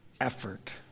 effort